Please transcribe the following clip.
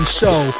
show